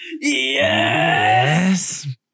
Yes